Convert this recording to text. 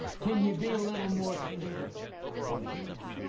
can you be a little more specific? i mean, come um